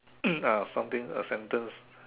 uh something a sentence